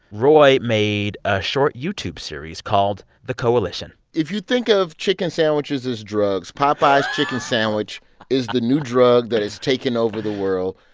roy made a short youtube series called the coalition. if you think of chicken sandwiches as drugs. popeyes' chicken sandwich is the new drug that is taking over the world.